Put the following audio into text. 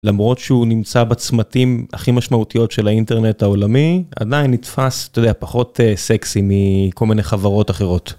למרות שהוא נמצא בצמתים הכי משמעותיות של האינטרנט העולמי, עדיין נתפס, אתה יודע, פחות סקסי מכל מיני חברות אחרות.